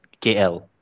KL